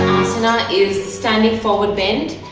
uttasana is standing forward bend.